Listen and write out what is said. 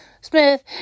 Smith